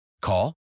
Call